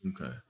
Okay